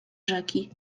rzeki